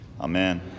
Amen